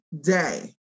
day